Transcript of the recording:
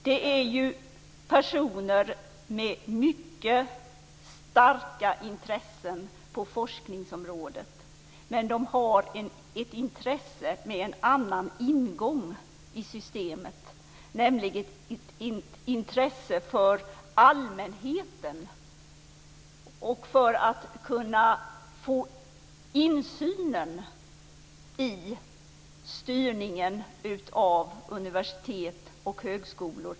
Det är personer med starka intressen på forskningsområdet, men de har ett intresse med en annan ingång i systemet, nämligen ett intresse för allmänheten och för att få insyn i styrningen av universitet och högskolor.